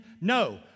No